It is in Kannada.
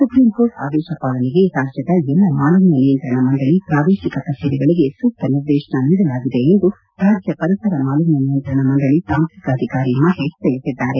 ಸುಪ್ರೀಂ ಕೋರ್ಟ್ ಆದೇಶ ಪಾಲನೆಗೆ ರಾಜ್ಯದ ಎಲ್ಲಾ ಮಾಲಿನ್ನ ನಿಯಂತ್ರಣ ಮಂಡಳ ಪ್ರಾದೇಶಿಕ ಕಚೇರಿಗಳಿಗೆ ಸೂಕ್ತ ನಿರ್ದೇಶನ ನೀಡಲಾಗಿದೆ ಎಂದು ರಾಜ್ಯ ಪರಿಸರ ಮಾಲಿನ್ಯ ನಿಯಂತ್ರಣ ಮಂಡಳ ತಾಂತ್ರಿಕ ಅಧಿಕಾರಿ ಮಹೇತ್ ತಿಳಿಸಿದ್ದಾರೆ